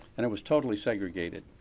and it was totally segregated.